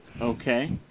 okay